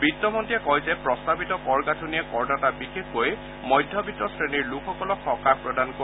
বিত্তমন্ত্ৰীয়ে কয় যে প্ৰস্তাৱিত কৰ গাঁথনিয়ে কৰদাতা বিশেষকৈ মধ্যবিত্ত শ্ৰেণীৰ লোকসকলক সকাহ প্ৰদান কৰিব